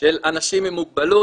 של אנשים עם מוגבלות,